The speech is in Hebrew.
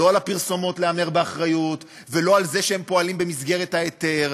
לא על הפרסומות להמר באחריות ולא על זה שהם פועלים במסגרת ההיתר,